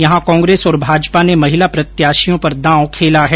यहां कांग्रेस और भाजपा ने महिला प्रत्याशियों पर दाव खेला है